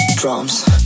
drums